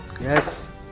Yes